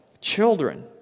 Children